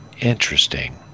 interesting